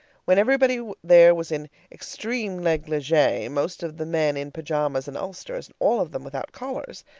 when everybody there was in extreme negligee, most of the men in pajamas and ulsters, and all of them without collars,